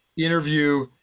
interview